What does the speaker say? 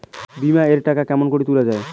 বিমা এর টাকা কেমন করি তুলা য়ায়?